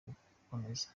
gukomeza